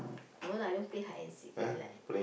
no lah I don't play hide and seek I like